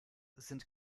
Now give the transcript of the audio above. sind